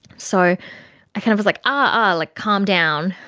so i kind of was like, ah, ah, like calm down!